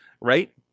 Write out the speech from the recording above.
right